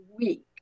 week